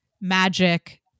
magic